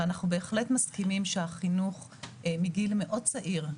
אנחנו בהחלט מסכימים שהחינוך מגיל מאוד צעיר,